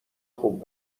خوب